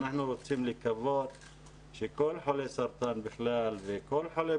אנחנו רוצים לקוות שכל חולה סרטן בכלל וכל חולה